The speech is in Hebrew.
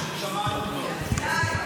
די.